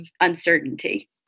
uncertainty